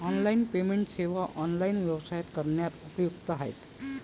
online payment सेवा online व्यवसाय करण्यास उपयुक्त आहेत